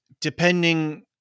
depending